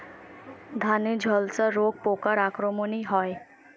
ধানের ঝলসা রোগ পোকার আক্রমণে হয়?